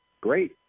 great